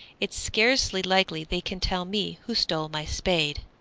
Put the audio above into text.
it's scarcely likely they can tell me who stole my spade.